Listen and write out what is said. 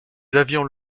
avions